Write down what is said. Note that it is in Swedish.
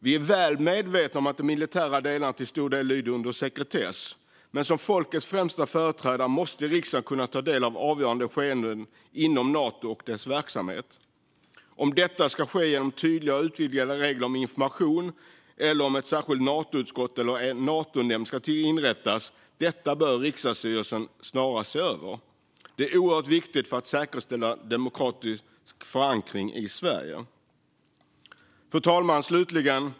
Vi är väl medvetna om att de militära delarna till stor del lyder under sekretess, men som folkets främsta företrädare måste riksdagen kunna ta del av avgörande skeenden inom Nato och dess verksamhet. Om detta ska ske genom tydligare och utvidgade regler om information eller om ett särskilt Natoutskott eller en Natonämnd ska inrättas bör riksdagsstyrelsen snarast se över. Detta är oerhört viktigt för att säkerställa demokratisk förankring i Sverige. Fru talman!